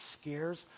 scares